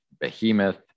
Behemoth